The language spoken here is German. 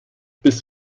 bis